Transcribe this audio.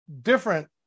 different